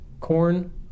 Corn